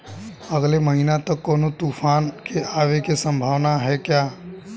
अगले महीना तक कौनो तूफान के आवे के संभावाना है क्या?